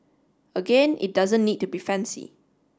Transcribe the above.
again it doesn't need to be fancy